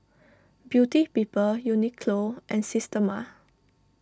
Beauty People Uniqlo and Systema